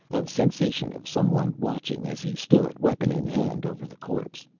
a sensation of someone watching as he stood, weapon in hand, over the corpse.